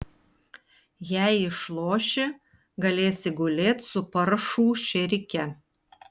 jei išloši galėsi gulėt su paršų šėrike